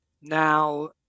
Now